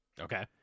Okay